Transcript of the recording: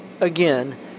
again